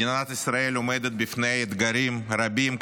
מדינת ישראל עומדת בפני אתגרים רבים,